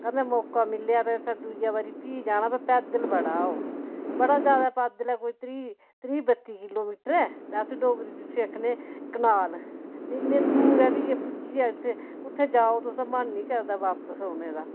कदें मौका मिलेआ ते असें दूइयै बारी फ्ही जाना ब पैदल बड़ा ओह् बड़ा ज्यादा पैदल ऐ कोई त्रीह् बत्ती किलो मीटर ऐ ते अस डोगरी च उसी आक्खने कनाल इन्ने दूर ऐ फ्ही जे पुज्जी जाचै उत्थै जाओ ते मन नी करदा बापस औने दा